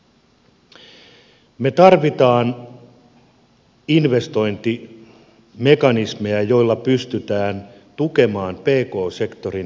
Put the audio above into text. me tarvitsemme investointimekanismeja joilla pystytään tukemaan pk sektorin kotimaisia investointeja